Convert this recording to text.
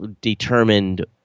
determined